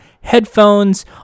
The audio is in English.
Headphones